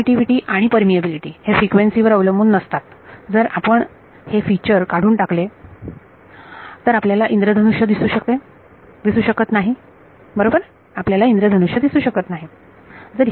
permittivity आणि permeability हे frequency वर अवलंबून नसतात जर आपण हे फीचर काढून टाकले तर आपल्याला इंद्रधनुष्य दिसू शकत नाही बरोबर